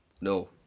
No